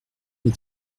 est